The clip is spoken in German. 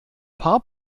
paar